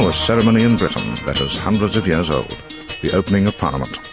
ah ceremony in britain that is hundreds of years old the opening of parliament.